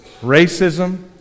racism